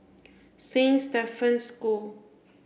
Saint Stephen's School